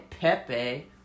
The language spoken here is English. Pepe